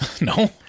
No